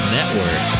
Network